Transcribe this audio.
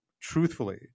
truthfully